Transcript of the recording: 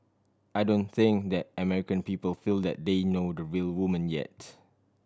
I don't think that American people feel that they know the real woman yet